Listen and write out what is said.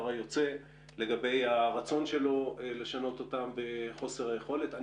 היוצא לגבי הרצון שלו לשנות אותם וחוסר היכולת לעשות זאת.